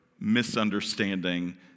misunderstanding